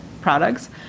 products